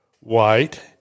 white